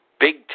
big